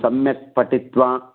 सम्यक् पठित्वा